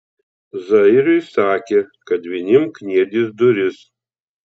zairiui sakė kad vinim kniedys duris